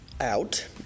out